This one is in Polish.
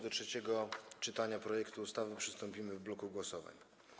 Do trzeciego czytania projektu ustawy przystąpimy w bloku głosowań.